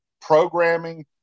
programming